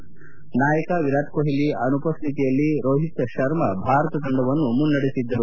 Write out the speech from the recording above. ಸಾಧಾರಣ ನಾಯಕ ವಿರಾಟ್ ಕೊಹ್ಲಿ ಅನುಪಶ್ಚಿತಿಯಲ್ಲಿ ರೋಹಿತ್ ಶರ್ಮ ಭಾರತ ತಂಡವನ್ನು ಮುನ್ನಡೆಸುತ್ತಿದ್ದಾರೆ